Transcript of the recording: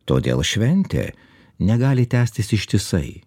todėl šventė negali tęstis ištisai